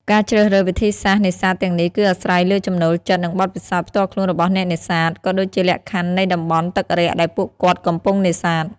ការជ្រើសរើសវិធីសាស្ត្រនេសាទទាំងនេះគឺអាស្រ័យលើចំណូលចិត្តនិងបទពិសោធន៍ផ្ទាល់ខ្លួនរបស់អ្នកនេសាទ ក៏ដូចជាលក្ខខណ្ឌនៃតំបន់ទឹករាក់ដែលពួកគាត់កំពុងនេសាទ។